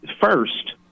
First